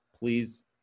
please